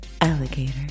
alligator